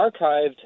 archived